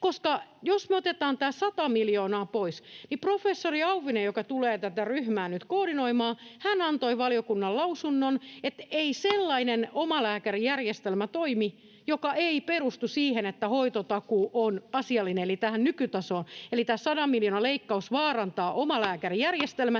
tämä 100 miljoonaa pois — professori Auvinen, joka tulee tätä ryhmää nyt koordinoimaan, antoi valiokunnalle lausunnon — ei sellainen omalääkärijärjestelmä toimi, joka ei perustu siihen, että hoitotakuu on asiallinen, eli tähän nykytasoon. Eli tämä 100 miljoonan leikkaus vaarantaa omalääkärijärjestelmän,